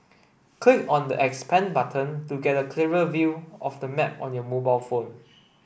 click on the 'expand' button to get a clearer view of the map on your mobile phone